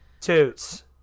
Toots